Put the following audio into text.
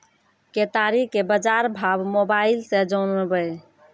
केताड़ी के बाजार भाव मोबाइल से जानवे?